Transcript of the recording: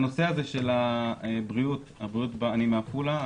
אני מעפולה.